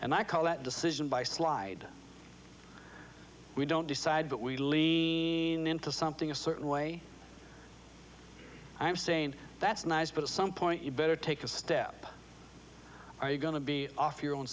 and i call that decision by slide we don't decide but we lean into something a certain way i am saying that's nice but at some point you better take a step are you going to be off your own